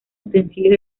utensilios